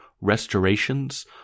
restorations